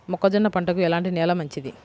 మొక్క జొన్న పంటకు ఎలాంటి నేల మంచిది?